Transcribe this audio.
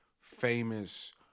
famous